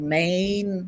main